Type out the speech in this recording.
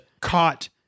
caught